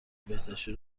بهداشتی